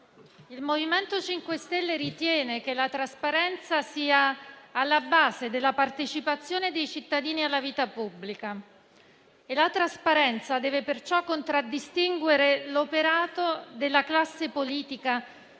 il MoVimento 5 Stelle ritiene che la trasparenza sia alla base della partecipazione dei cittadini alla vita pubblica; la trasparenza deve perciò contraddistinguere l'operato della classe politica